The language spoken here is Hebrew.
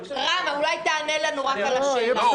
רם, אולי תענה לנו רק על השאלה.